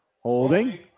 Holding